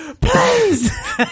Please